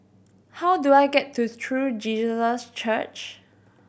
how do I get to True Jesus Church